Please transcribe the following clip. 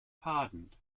pardoned